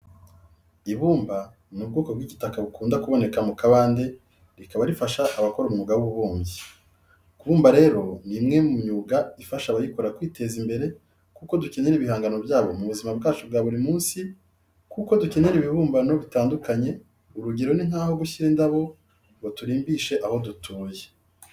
Ibumba ni ubwoko bw'igitaka bukunda kuboneka mu kabande rikaba rifasha abakora umwuga w'ububumbyi. Kubumba rero ni umwe mu myuga ifasha abayikora kwiteza imbere kuko dukenera ibihangano byabo mu buzima bwacu bwa buri munsi, kuko dukenera ibibumbano bitandukanye, urugero ni nk'aho gushyira indabo ngo turimbishe aho dutuye.